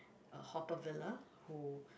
Haw-Par-Villa who